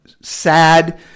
sad